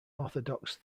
orthodox